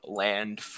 land